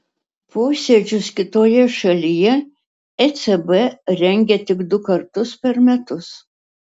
posėdžius kitoje šalyje ecb rengia tik du kartus per metus